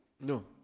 No